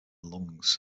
lungs